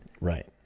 Right